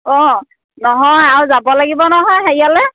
অঁ নহয় আৰু যাব লাগিব নহয় হেৰিয়ালৈ